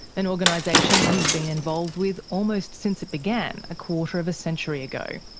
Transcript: an organisation he's been involved with almost since it began a quarter of a century ago.